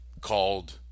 Called